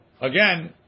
again